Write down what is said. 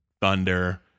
Thunder